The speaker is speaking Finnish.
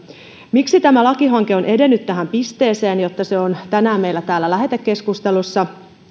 miksi tämä lakihanke on edennyt tähän pisteeseen että se on tänään meillä täällä lähetekeskustelussa